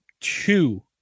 two